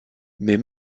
mais